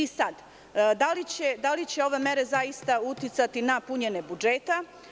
Da li će ove mere zaista uticati na punjenje budžeta?